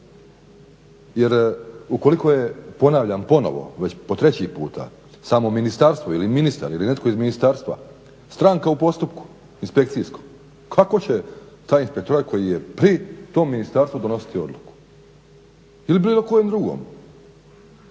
jer ukoliko je ponavljam ponovo, već po treći put samo ministarstvo ili ministar ili netko iz ministarstva stranka u postupku inspekcijskom, kako će taj inspektorat koji je pri tom ministarstvu donositi odluku ili bilo kojem drugom.